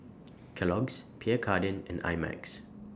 Kellogg's Pierre Cardin and I Max